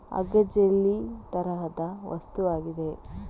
agar jelly ತರಹದ ವಸ್ತುವಾಗಿದೆ